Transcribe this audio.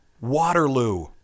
waterloo